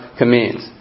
commands